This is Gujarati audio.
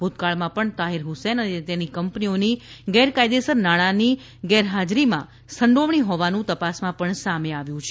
ભૂતકાળમાં પણ તાહિર હુસેન અને તેની કંપનીઓની ગેરકાયદેસર નાણાંની નાણાંની ગેરહાજરીમાં સંડોવણી હોવાનું તપાસમાં પણ સામે આવ્યું છે